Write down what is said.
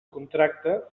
contracte